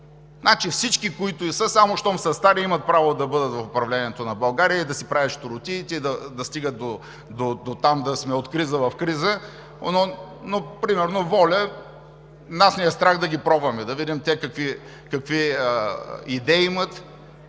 Значи всички, които и да са, само щом са стари, имат право да бъдат в управлението на България и да си правят щуротиите и да стигат дотам да сме от криза в криза, но примерно „ВОЛЯ – Българските Родолюбци“ нас ни е страх да ги пробваме, да видим те какви идеи имат